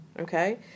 Okay